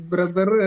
Brother